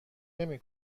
نمی